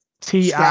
Ti